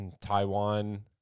Taiwan